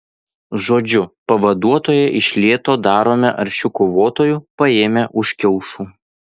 žodžiu pavaduotoją iš lėto darome aršiu kovotoju paėmę už kiaušų